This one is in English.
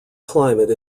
climate